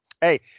Hey